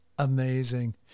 Amazing